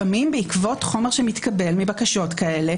לפעמים בעקבות חומר שמתקבל מבקשות כאלה